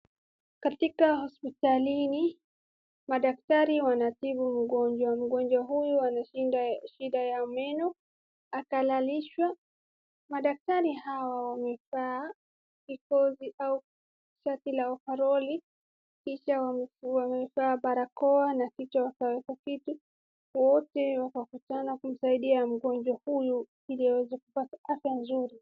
Katika hospitalini, madaktari wanatibu mgonjwa, mgonjwa huyu ana shida ya meno, akalalishwa, madaktari hawa wamevaa kikoti au shati la ovaroli, kisha wamevaa barakoa na kichwa wakaweka kitu, wote wakakutana kumsaidia mgonjwa huyu ili aweze kupata afya nzuri.